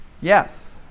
Yes